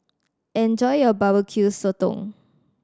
enjoy your Barbecue Sotong